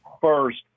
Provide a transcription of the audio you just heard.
first